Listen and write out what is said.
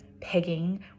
pegging